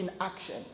inaction